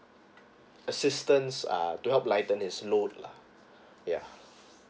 assistance um do help to lighten his load lah yeah